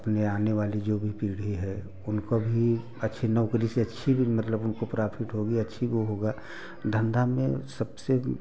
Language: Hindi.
अपने आने वाली जो भी पीढ़ी है उनको भी अच्छी नौकरी से अच्छी भी मतलब उनको प्राफिट होगा अच्छी वो होगा धंधा में सबसे